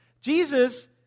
Jesus